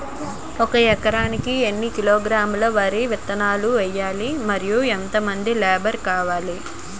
ఎకరానికి ఎన్ని కిలోగ్రాములు వరి విత్తనాలు వేయాలి? మరియు ఎంత మంది లేబర్ కావాలి?